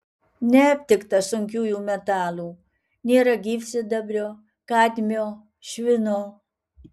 neaptikta sunkiųjų metalų nėra gyvsidabrio kadmio švino